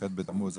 כ"ח בתמוז התשפ"ג,